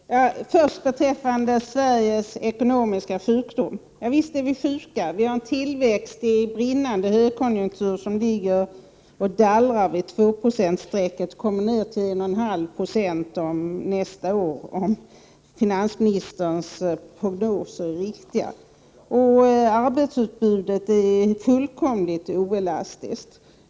Herr talman! Först beträffande Sveriges ekonomiska sjukdom: Visst är vi sjuka. Vi har en tillväxt i brinnande högkonjunktur som ligger och dallrar vid tvåprocentsstrecket och kommer ner till 1,5 26 nästa år, om finansministerns prognoser är riktiga. Arbetsutbudet är fullkomligt oelastiskt.